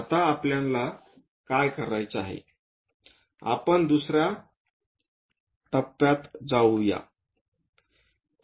आता आपल्याला काय करायचे आहे आपण दुस या टप्प्यात जाऊ या